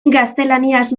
gaztelaniaz